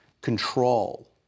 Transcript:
control